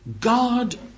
God